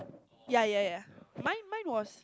ya ya ya mine mine was